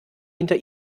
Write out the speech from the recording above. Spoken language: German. hinter